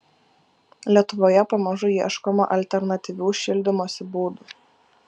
lietuvoje pamažu ieškoma alternatyvių šildymosi būdų